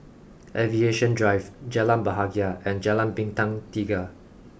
aviation drive Jalan Bahagia and Jalan Bintang Tiga